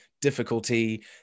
difficulty